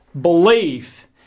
belief